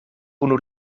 unu